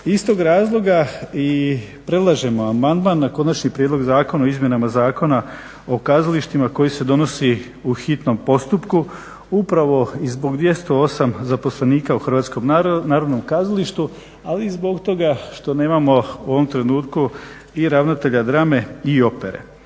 Iz tog razlog i predlažemo amandman na Konačni prijedlog zakona o izmjenama Zakona o kazalištima koji se donosi u hitnom postupku upravo i zbog 208 zaposlenika u Hrvatskom narodnom kazalištu ali i zbog toga što nemamo u ovom trenutku i ravnatelja drame i opere.